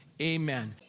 Amen